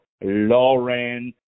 lauren